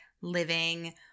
living